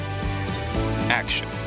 Action